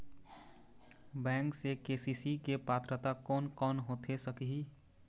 Bank से KCC के पात्रता कोन कौन होथे सकही?